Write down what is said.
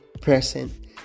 present